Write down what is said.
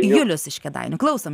julius iš kėdainių klausom